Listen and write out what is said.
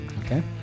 Okay